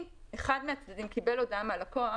אם אחד מהצדדים קיבל הודעה מהלקוח,